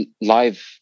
Live